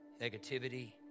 negativity